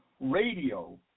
radio